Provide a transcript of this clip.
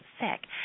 sick